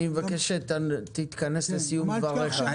אני מבקש שתתכנס לסיום דבריך.